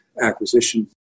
acquisition